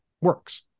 works